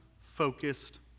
focused